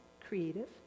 creative